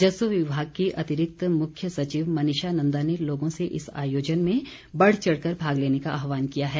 राजस्व विभाग की अतिरिक्त मुख्य सचिव मनीषा नंदा ने लोगों से इस आयोजन में बढ़चढ़ कर भाग लेने का आहवान किया है